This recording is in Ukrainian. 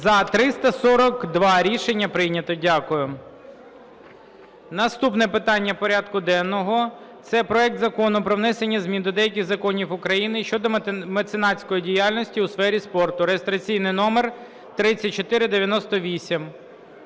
За-342 Рішення прийнято. Дякую. Наступне питання порядку денного – це проект Закону про внесення змін до деяких законів України щодо меценатської діяльності у сфері спорту (реєстраційний номер 3498).